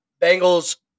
Bengals